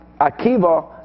Akiva